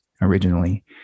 originally